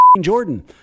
Jordan